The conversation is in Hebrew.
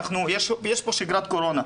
יש פה שגרת קורונה,